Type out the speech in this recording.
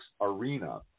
arena